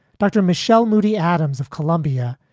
dr. michelle moody adams of columbia.